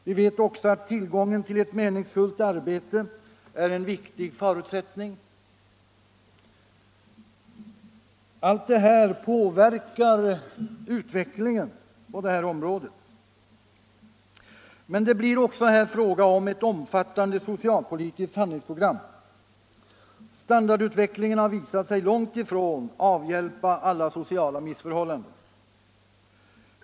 Vi vet också att tillgången till ett 13 maj 1975 meningsfullt arbete är en viktig förutsättning för ett harmoniskt liv. Men det blir också här fråga om ett omfattande socialpolitiskt handlingspro — Narkotikabrottsliggram. Standardutvecklingen har visat sig långt ifrån avhjälpa alla sociala — heten m.m. missförhållanden.